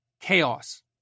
chaos